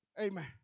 Amen